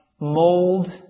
mold